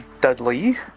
Dudley